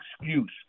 excuse